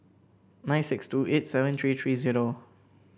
nine six two eight seven three three zero